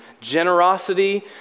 generosity